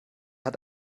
hat